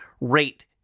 rate